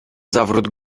zawrót